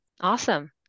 Awesome